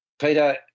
Peter